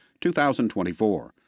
2024